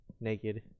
Naked